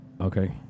Okay